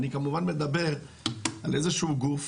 אני כמובן מדבר על איזה שהוא גוף